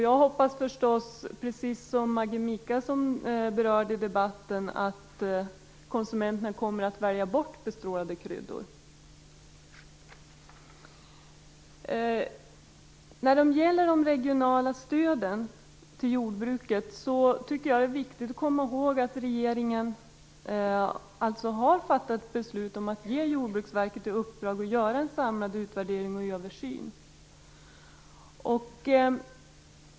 Jag hoppas förstås, precis som Maggi Mikaelsson, att konsumenten kommer att välja bort bestrålade kryddor. När det gäller de regionala stöden till jordbruket tycker jag att det är viktigt att komma ihåg att regeringen har fattat beslut om att ge Jordbruksverket i uppdrag att göra en samlad utvärdering och översyn.